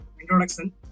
introduction